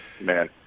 man